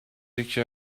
یکی